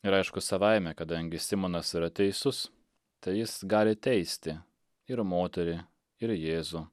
ir aišku savaime kadangi simonas yra teisus tai jis gali teisti ir moterį ir jėzų